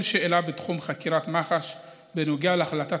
כל שאלה בתחום חקירת מח"ש בנוגע להחלטת